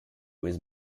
was